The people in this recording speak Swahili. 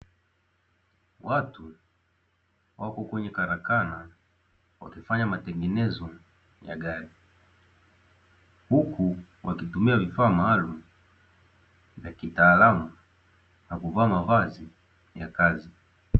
Watu wapo kwenye karakana wakifanya matengenezo ya gari, huku wakitumia vifaa maalumu vya kitaalamu na kuvaa mavazi ya kazi.